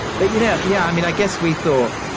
but, you know. yeah, i mean, i guess we thought,